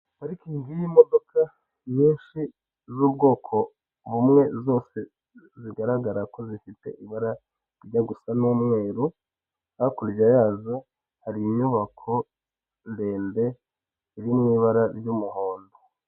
Parikingi y'imodoka nyinshi z'ubwoko bumwe, zose bigaragara ko zifite ibara rijya gusa n'umweru, hakurya yazo hari inyubako ndende iri mu ibara ry'umuhondo.